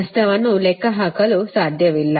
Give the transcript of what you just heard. ನಷ್ಟವನ್ನೂ ಲೆಕ್ಕಹಾಕಲು ಸಾಧ್ಯವಿಲ್ಲ